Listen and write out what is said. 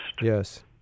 Yes